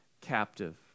captive